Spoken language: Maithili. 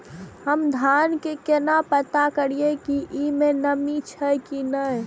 हम धान के केना पता करिए की ई में नमी छे की ने?